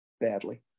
badly